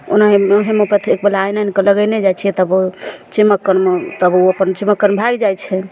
ओ होम्योपेथिकवला आनि आनिकऽ लगेने जाइ छियै तब ओ चिमोक्कन तब उ अपन चिमोक्कन भागि जाइ छै